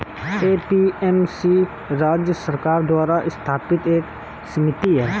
APMC राज्य सरकार द्वारा स्थापित एक समिति है